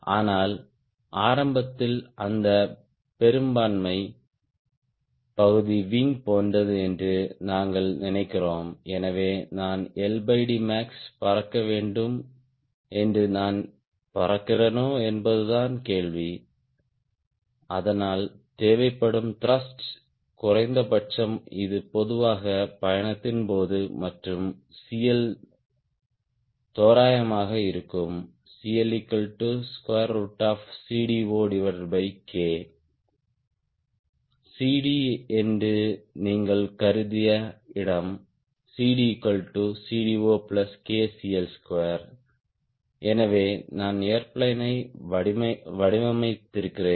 ஆனால் ஆரம்பத்தில் அந்த பெரும்பான்மை பகுதி விங் போன்றது என்று நாங்கள் நினைக்கிறோம் எனவே நான் max பறக்க வேண்டும் என்று நான் பறக்கிறேனா என்பதுதான் கேள்வி அதனால் தேவைப்படும் த்ருஷ்ட் குறைந்தபட்சம் இது பொதுவாக பயணத்தின் போது மற்றும் CL தோராயமாக இருக்கும் CLCD0K CD என்று நீங்கள் கருதிய இடம் CDCD0KCL2 எனவே நான் ஏர்பிளேன் யை வடிவமைத்திருக்கிறேன்